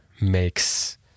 makes